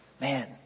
Man